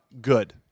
good